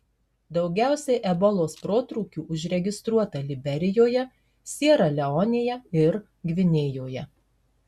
daugiausiai ebolos protrūkių užregistruota liberijoje siera leonėje ir gvinėjoje